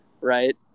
right